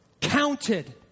counted